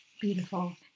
Beautiful